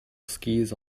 skis